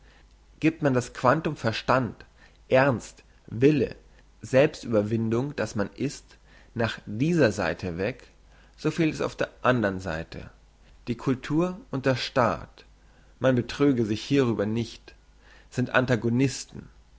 giebt man das quantum verstand ernst wille selbstüberwindung das man ist nach dieser seite weg so fehlt es auf der andern seite die cultur und der staat man betrüge sich hierüber nicht sind antagonisten